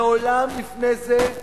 מעולם לפני זה,